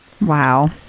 Wow